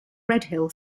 redhill